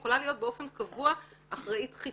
היא יכולה להיות באופן קבוע אחראית חיצונית.